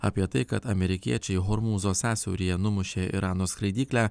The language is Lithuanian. apie tai kad amerikiečiai hormūzo sąsiauryje numušė irano skraidyklę